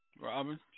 Robin